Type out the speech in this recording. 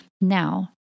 Now